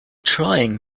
trying